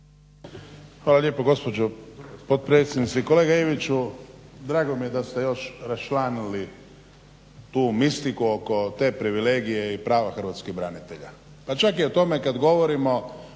Hvala lijepo gospođo potpredsjednice. Kolega Iviću drago mi je da ste još raščlanili tu mistiku oko te privilegije i prava hrvatskih branitelja. Pa čak i o tome kada govorimo